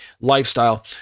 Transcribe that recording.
lifestyle